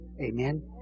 Amen